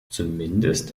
zumindest